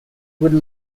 would